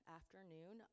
afternoon